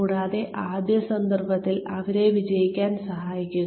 കൂടാതെ ആദ്യ സന്ദർഭത്തിൽ അവരെ വിജയിപ്പിക്കാൻ സഹായിക്കുക